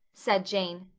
said jane.